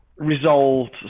resolved